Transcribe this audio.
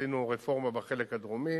עשינו רפורמה בחלק הדרומי,